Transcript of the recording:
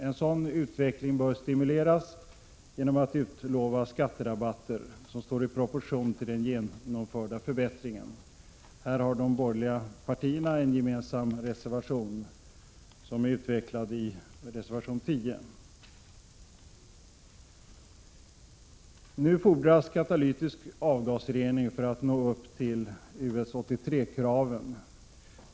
En sådan utveckling bör stimuleras genom skatterabatter, som står i proportion till den genomförda förbättringen. Denna idé utvecklas i reservation 10, som är en gemensam borgerlig reservation. Nu fordras katalytisk avgasrening för att nå upp till US 83-kraven.